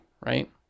right